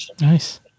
Nice